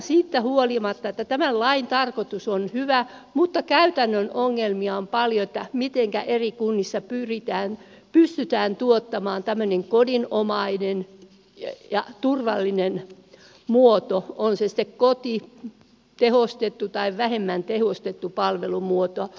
siitä huolimatta että tämän lain tarkoitus on hyvä käytännön ongelmia on paljon siinä mitenkä eri kunnissa pystytään tuottamaan tämmöinen kodinomainen ja turvallinen muoto on se sitten koti tehostettu tai vähemmän tehostettu palvelumuoto